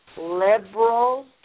liberal